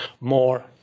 more